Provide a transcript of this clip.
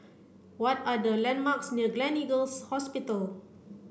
what are the landmarks near Gleneagles Hospital